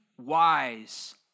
wise